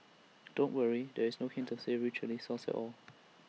don't worry there is no hint to savoury Chilli sauce at all